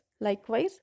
likewise